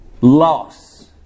loss